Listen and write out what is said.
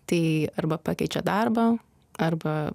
tai arba pakeičia darbą arba